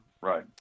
right